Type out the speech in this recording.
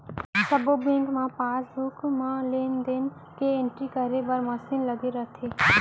सब्बो बेंक म पासबुक म लेन देन के एंटरी करे बर मसीन लगे रइथे